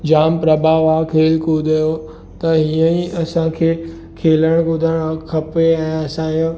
जामु प्रभाव आहे खेल कूद जो त हीअं ई असांखे खेलण कुॾणु खपे ऐं असांजो